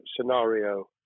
scenario